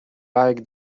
like